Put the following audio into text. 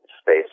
space